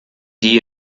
die